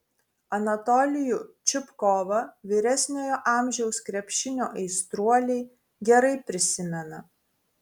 anatolijų čupkovą vyresniojo amžiaus krepšinio aistruoliai gerai prisimena